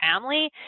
family